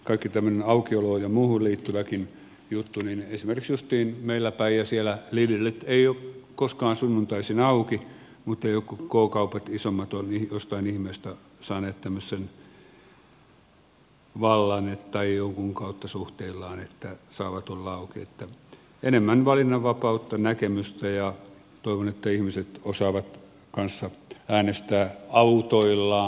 kaikki tämmöinen aukioloon ja muuhunkin liittyvä juttu niin esimerkiksi justiin meillä päin ja siellä lidlit eivät ole koskaan sunnuntaisin auki mutta jotkut k kaupat isommat ovat jostain ihmeestä saaneet tämmöisen vallan tai jonkun kautta suhteillaan että saavat olla auki että enemmän valinnanvapautta näkemystä ja toivon että ihmiset osaavat kanssa äänestää autoillaan